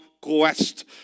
quest